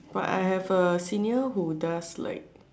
but I have a senior who does like